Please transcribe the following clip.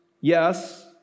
yes